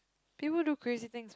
people do crazy things